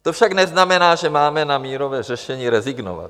To však neznamená, že máme na mírové řešení rezignovat.